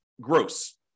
gross